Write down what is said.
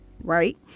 Right